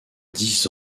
dix